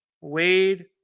Wade